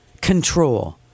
Control